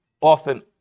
often